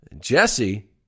Jesse